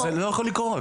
זה לא יכול לקרות.